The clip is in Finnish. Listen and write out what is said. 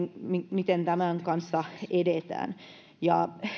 miten tämän kanssa edetään